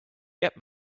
get